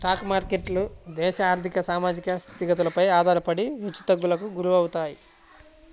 stock మార్కెట్లు దేశ ఆర్ధిక, సామాజిక స్థితిగతులపైన ఆధారపడి హెచ్చుతగ్గులకు గురవుతాయి